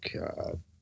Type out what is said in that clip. God